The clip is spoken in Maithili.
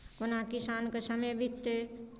कोना किसानके समय बिततै